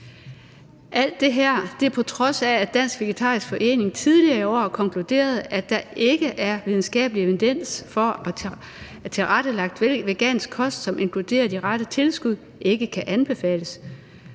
Alt det her er på trods af, at Dansk Vegetarisk Forening tidligere i år har konkluderet, at der ikke er videnskabelig evidens for, at tilrettelagt vegansk kost, som inkluderer de rette tilskud, ikke kan anbefales.